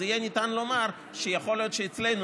אז יהיה ניתן לומר שיכול להיות שאצלנו